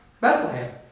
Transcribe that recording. Bethlehem